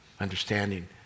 understanding